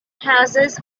houses